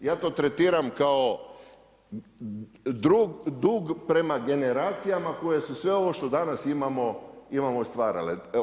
Ja to tretiram kao dug prema generacijama koje su sve ovo što danas imamo stvarale.